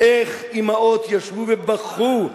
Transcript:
איך אמהות ישבו ובכו.